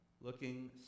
looking